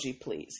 please